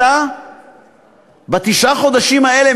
אתה בתשעת החודשים האלה,